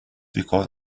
because